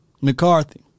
McCarthy